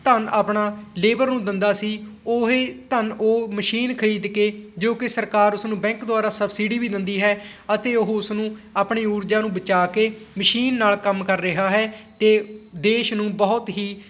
ਧੰਨ ਆਪਣਾ ਲੇਬਰ ਨੂੰ ਦਿੰਦਾ ਸੀ ਉਹ ਹੀ ਧੰਨ ਉਹ ਮਸ਼ੀਨ ਖਰੀਦ ਕੇ ਜੋ ਕਿ ਸਰਕਾਰ ਉਸਨੂੰ ਬੈਂਕ ਦੁਆਰਾ ਸਬਸਿਡੀ ਵੀ ਦਿੰਦੀ ਹੈ ਅਤੇ ਉਹ ਉਸ ਨੂੰ ਆਪਣੀ ਊਰਜਾ ਨੂੰ ਬਚਾ ਕੇ ਮਸ਼ੀਨ ਨਾਲ ਕੰਮ ਕਰ ਰਿਹਾ ਹੈ ਅਤੇ ਦੇਸ਼ ਨੂੰ ਬਹੁਤ ਹੀ